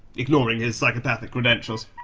ignoring his psychopathic credentials.